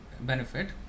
benefit